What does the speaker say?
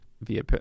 via